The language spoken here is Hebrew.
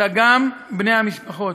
אלא גם של בני המשפחות.